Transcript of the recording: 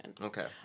Okay